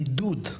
העידוד,